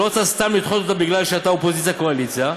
היא לא רוצה סתם לדחות אותה בגלל אופוזיציה קואליציה,